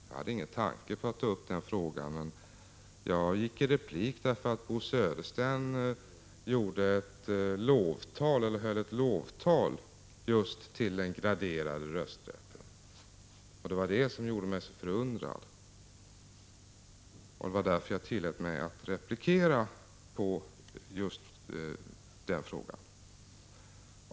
Jag hade ingen tanke på att ta upp den frågan, men jag begärde replik eftersom Bo Södersten höll ett lovtal till just den graderade rösträtten. Det var detta som gjorde mig förundrad, och det var därför jag tillät mig att replikera på just den frågan.